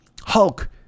Hulk